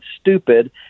stupid